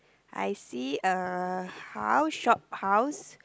I see a house shophouse